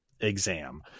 exam